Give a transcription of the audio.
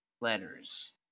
letters